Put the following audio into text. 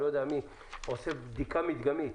עושה בדיקה מדגמית,